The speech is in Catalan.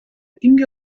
tingui